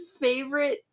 favorite